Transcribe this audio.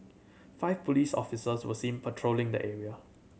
five police officers were seen patrolling the area